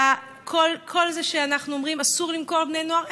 ועם כל זה שאנחנו אומרים שאסור למכור לבני נוער,